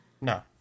No